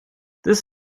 this